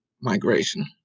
Migration